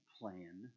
plan